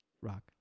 Rock